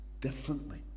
differently